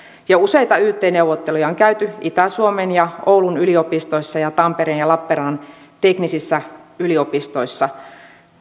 useita yt neuvotteluja on jo käyty itä suomen ja oulun yliopistoissa ja tampereen ja lappeenrannan teknisissä yliopistoissa